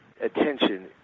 attention